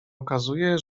okazuje